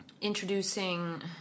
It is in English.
introducing